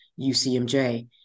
UCMJ